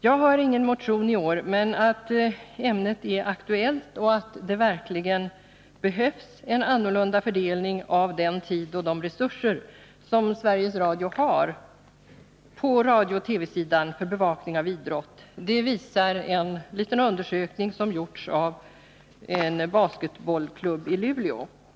Jag har inte väckt någon motion i år. Men att ämnet är aktuellt och att det verkligen behövs en annorlunda fördelning av den tid och de resurser som Sveriges Radio avsätter på radiooch TV-sidan när det gäller bevakning av idrott visar en undersökning som gjorts av en basketbollklubb i Luleå.